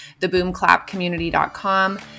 theboomclapcommunity.com